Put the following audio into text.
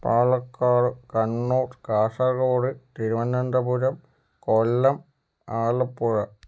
Palakkad Kannur Kasaragod Thiruvananthapuram Kollam Alappuzha